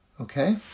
Okay